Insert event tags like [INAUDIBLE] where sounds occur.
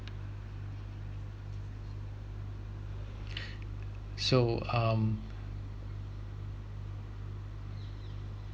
[BREATH] so um